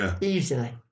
easily